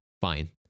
fine